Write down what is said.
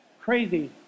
Crazy